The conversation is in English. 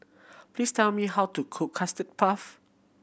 please tell me how to cook Custard Puff